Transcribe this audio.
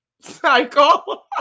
cycle